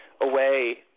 away